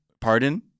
Pardon